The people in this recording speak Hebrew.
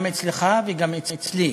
גם אצלך וגם אצלי,